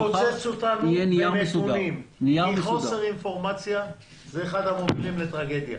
תפוצץ אותנו בנתונים כי חוסר אינפורמציה הוא אחד המובילים לטרגדיה.